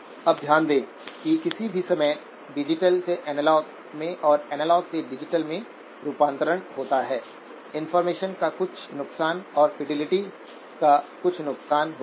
अब ध्यान दें कि किसी भी समय डिजिटल से एनालॉग में और एनालॉग से डिजिटल में रूपांतरण होता है इनफार्मेशन का कुछ नुकसान और फिडेलिटी का कुछ नुकसान होता है